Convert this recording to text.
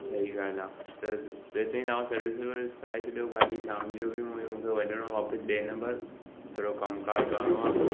सही ॻाल्हि आहे त तेसि ताईं तव्हां सर्विस वर्विस कराए छॾियो गाॾी शाम जो बि मूंखे वञिणो आहे वापसि ॿिए नंबर थोरो कमकार करिणो आहे